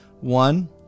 one